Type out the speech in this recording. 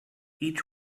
each